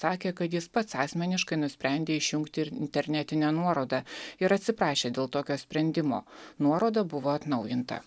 sakė kad jis pats asmeniškai nusprendė išjungti internetinę nuorodą ir atsiprašė dėl tokio sprendimo nuoroda buvo atnaujinta